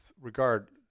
regard